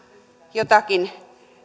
jotakin